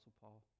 Paul